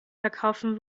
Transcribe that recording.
verkaufen